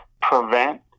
prevent